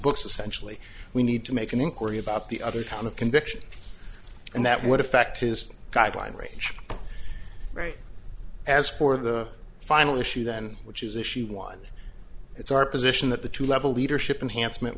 books essentially we need to make an inquiry about the other kind of conviction and that would affect his guideline range right as for the final issue then which is issue one it's our position that the two level leadership enhanced meant